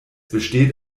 besteht